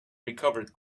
recovered